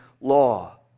law